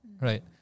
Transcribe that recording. right